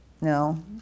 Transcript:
No